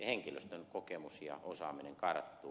henkilöstön kokemus ja osaaminen karttuu